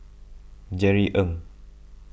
Jerry Ng